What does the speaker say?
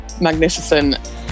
magnificent